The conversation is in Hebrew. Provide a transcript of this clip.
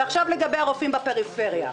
עכשיו לגבי הרופאים בפריפריה.